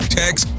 text